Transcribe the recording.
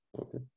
okay